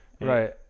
right